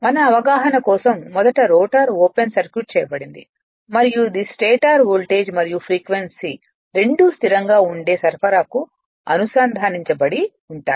మన అవగాహన కోసం మొదట రోటర్ ఓపెన్ సర్క్యూట్ చేయబడింది మరియు ఇది స్టేటర్ వోల్టేజ్ మరియు ఫ్రీక్వెన్సీ రెండూ స్థిరంగా ఉండే సరఫరాకు అనుసంధానించబడి ఉంటాయి